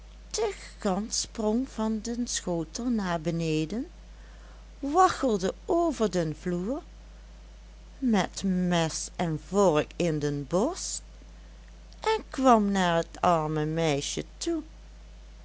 de gans sprong van den schotel naar beneden waggelde over den vloer met mes en vork in de borst en kwam naar het arme meisje toe